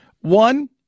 One